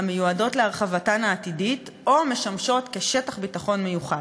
המיועדות להרחבתן העתידית או משמשות כ'שטח ביטחון מיוחד'.